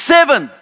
Seven